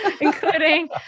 including